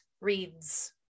reads